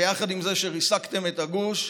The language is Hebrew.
ויחד עם זה שריסקתם את הגוש,